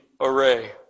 array